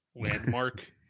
landmark